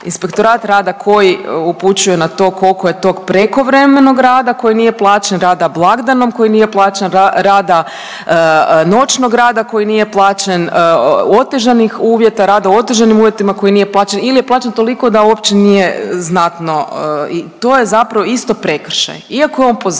inspektorat rada koji upućuje na to kolko je tog prekovremenog rada koji nije plaćen, rada blagdanom koji nije plaćen, rada, noćnog rada koji nije plaćen, otežanih uvjeta, rada u otežanim uvjetima koji nije plaćen ili je plaćen toliko da uopće nije znatno i to je zapravo isto prekršaj iako je on po zakonu